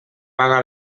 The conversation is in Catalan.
paga